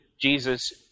Jesus